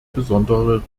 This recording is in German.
besondere